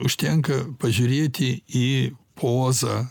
užtenka pažiūrėti į pozą